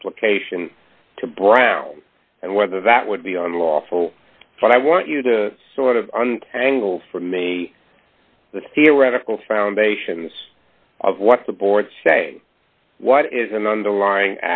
application to brown and whether that would be unlawful but i want you to sort of untangle for me the theoretical foundations of what the board say what is in the underlying